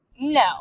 no